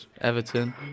Everton